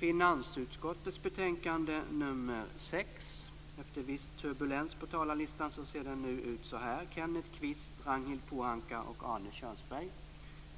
på min lott att ta anförandet.